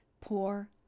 poor